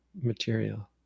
material